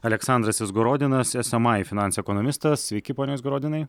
aleksandras izgorodenas esemai finansų ekonomistas sveiki pone izgorodinai